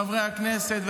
חברי הכנסת,